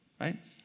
right